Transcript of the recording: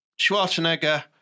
Schwarzenegger